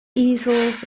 easels